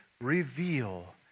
reveal